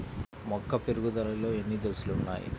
మొక్క పెరుగుదలలో ఎన్ని దశలు వున్నాయి?